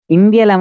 India